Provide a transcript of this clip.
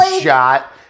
shot